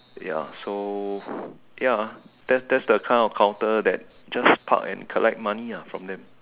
ya so ya that that's the kind of counter that just park and collect money ah from them